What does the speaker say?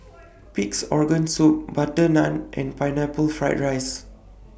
Pig'S Organ Soup Butter Naan and Pineapple Fried Rice